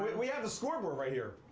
we have the scoreboard right here.